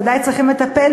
ודאי צריכים לטפל,